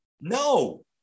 No